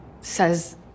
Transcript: Says